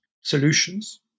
solutions